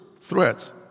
threats